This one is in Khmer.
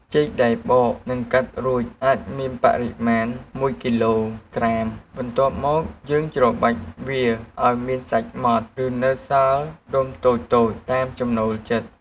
ចេកដែលបក និងកាត់រួចអាចមានបរិមាណ១គីឡូក្រាមក្រាម បន្ទាប់មកយើងច្របាច់វាឱ្យមានសាច់ម៉ដ្ឋ ឬនៅសល់ដុំតូចៗតាមចំណូលចិត្ត។